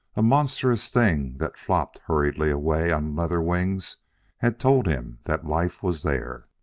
a monstrous thing that flopped hurriedly away on leather wings had told him that life was there.